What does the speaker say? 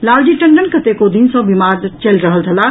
लालजी टंडन कतेको दिन सॅ बीमार चलि रहल छलाह